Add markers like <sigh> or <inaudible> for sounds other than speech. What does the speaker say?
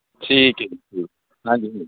ਠੀਕ ਹੈ <unintelligible> ਹਾਂਜੀ ਹਾਂਜੀ